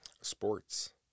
sports